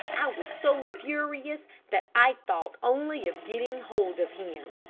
i was so furious that i thought only of getting hold of him.